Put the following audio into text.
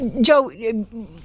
Joe